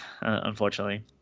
unfortunately